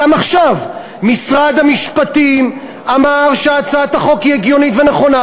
גם עכשיו משרד המשפטים אמר שהצעת החוק היא הגיונית ונכונה.